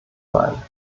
sein